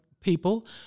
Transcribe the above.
people